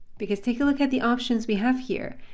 because take a look at the options we have here.